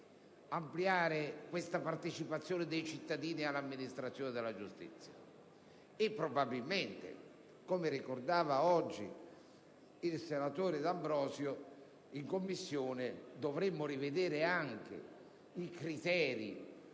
ampliare tale partecipazione dei cittadini all'amministrazione della giustizia. Probabilmente, come ricordava oggi il senatore D'Ambrosio in Commissione, dovremmo rivedere anche i criteri